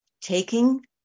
taking